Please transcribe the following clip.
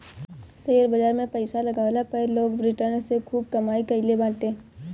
share बाजार में पईसा लगवला पअ लोग रिटर्न से खूब कमाई कईले बाटे